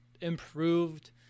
improved